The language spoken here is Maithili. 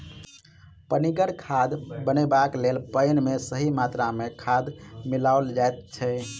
पनिगर खाद बनयबाक लेल पाइन मे सही मात्रा मे खाद मिलाओल जाइत छै